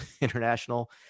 international